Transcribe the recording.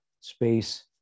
space